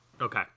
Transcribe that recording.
Okay